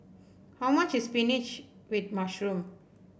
how much is spinach with mushroom